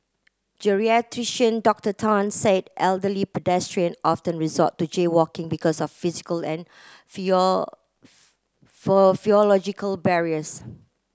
Geriatrician Doctor Tan said elderly pedestrian often resort to jaywalking because of physical and barriers